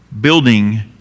building